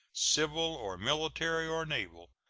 civil or military or naval,